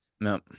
no